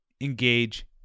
engage